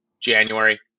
January